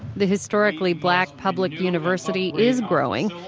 the historically black public university is growing.